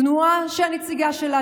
תנועה שהנציגה שלה,